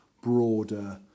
broader